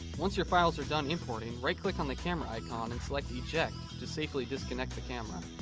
once your files are done importing, right click on the camera icon, and select eject to safely disconnect the camera.